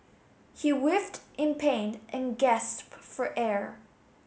he writhed in pain and gasped for air